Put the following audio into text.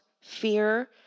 fear